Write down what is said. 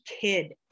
kid